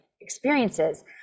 experiences